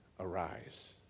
Arise